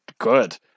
good